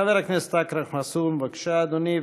חבר הכנסת אכרם חסון, בבקשה, אדוני.